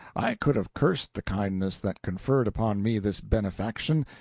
i could have cursed the kindness that conferred upon me this benefaction,